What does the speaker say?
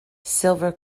silver